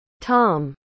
Tom